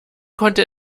konnte